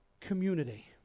community